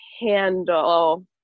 handle